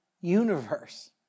universe